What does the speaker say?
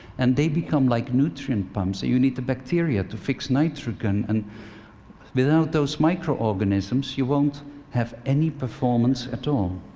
and they become like nutrient pumps. you need the bacteria to fix nitrogen, and without those microorganisms, you won't have any performance at all.